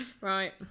right